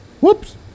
Whoops